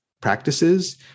practices